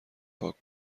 پاک